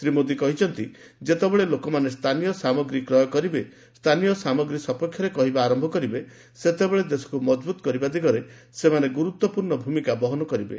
ଶ୍ରୀ ମୋଦୀ କହିଛନ୍ତି ଯେତେବେଳେ ଲୋକମାନେ ସ୍ଥାନୀୟ ସାମଗ୍ରୀ କ୍ରୟ କରିବେ ସ୍ଥାନୀୟ ସାମଗ୍ରୀ ସପକ୍ଷରେ କହିବା ଆରମ୍ଭ କରିବେ ସେତେବେଳେ ଦେଶକୁ ମଜବୁତ କରିବା ଦିଗରେ ସେମାନେ ଗୁରୁତ୍ୱପୂର୍ଣ୍ଣ ଭୂମିକା ବହନ କରିବେ